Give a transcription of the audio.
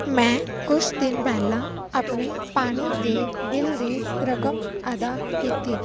ਮੈਂ ਕੁਛ ਦਿਨ ਪਹਿਲਾਂ ਆਪਣੇ ਪਾਣੀ ਦੇ ਬਿਲ ਦੀ ਰਕਮ ਅਦਾ ਕੀਤੀ